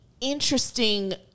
interesting